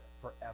forever